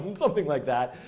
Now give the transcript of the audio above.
um something like that.